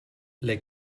lei